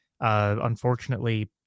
unfortunately